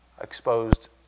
exposed